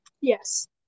Yes